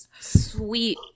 Sweet